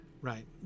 right